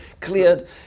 cleared